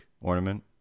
ornament